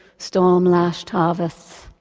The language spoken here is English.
storm-lashed harvests.